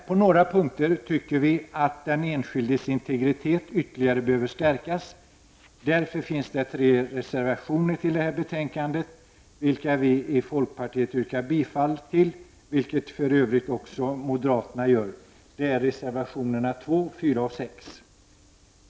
På några punkter tycker vi att den enskildes integritet ytterligare behöver stärkas. Därför finns reservationer till betänkandet vilka vi i folkpartiet yrkar bifall till, vilket för övrigt också moderaterna gör. Det är reservationerna 2, 4 och 6.